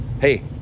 hey